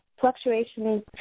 fluctuations